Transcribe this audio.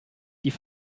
die